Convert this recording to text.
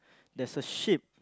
there's a ship